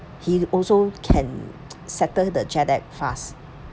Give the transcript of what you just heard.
he also can settle the jet lag fast